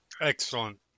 Excellent